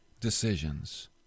decisions